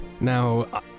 Now